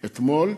אתמול,